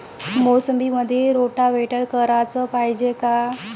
मोसंबीमंदी रोटावेटर कराच पायजे का?